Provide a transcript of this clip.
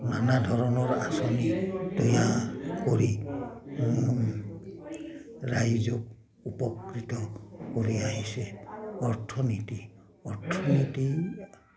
নানা ধৰণৰ আঁচনি তৈয়া কৰি ৰাইজক উপকৃত কৰি আহিছে অৰ্থনীতি অৰ্থনীতি